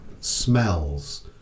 smells